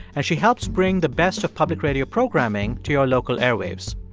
and she helps bring the best of public radio programming to your local airwaves.